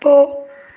போ